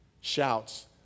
Shouts